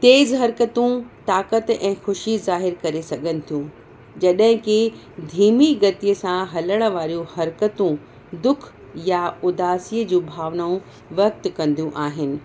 तेज़ु हरकतूं ताक़त ऐं ख़ुशी ज़ाहिर करे सघनि थियूं जॾहिं कि धीमी गतीअ सां हलण वारियूं हरकतूं दुख या उदासीअ जूं भावनाऊं व्यक्त कंदियूं आहिनि